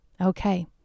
Okay